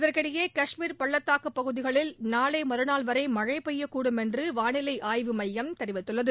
இதற்கிடையே கஷ்மீர் பள்ளத்தாக்கு பகுதிகளில் நாளை மறுநாள்வரை மழழ பெய்யக்கூடும் என்று வானிலை ஆய்வு மையம் தெரிவித்துள்ளது